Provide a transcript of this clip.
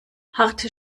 harte